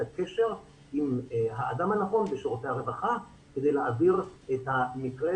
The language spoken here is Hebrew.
הקשר עם האדם הנכון ושירותי הרווחה כדי להעביר את המקרה